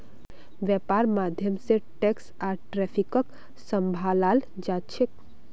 वैपार्र माध्यम से टैक्स आर ट्रैफिकक सम्भलाल जा छे